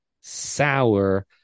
sour